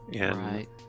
Right